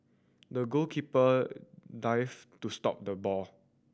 the goalkeeper dived to stop the ball